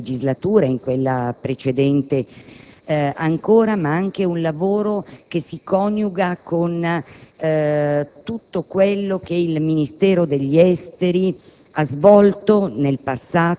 Il lavoro di questa Commissione si presenta come un lavoro di continuità rispetto a quanto già svolto nella passata legislatura e in quella precedente,